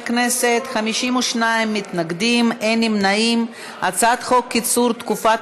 להסיר מסדר-היום את הצעת חוק קיצור תקופת